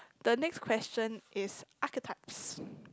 the next question is archetypes